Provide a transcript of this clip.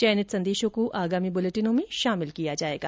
चयनित संदेशों को आगामी बुलेटिनों में शामिल किया जाएगा